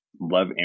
love